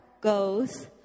goes